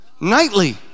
nightly